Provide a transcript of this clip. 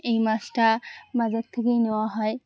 এই মাছটা বাজার থেকেই নেওয়া হয়